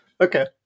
Okay